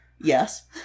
Yes